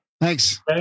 Thanks